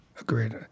Agreed